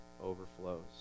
overflows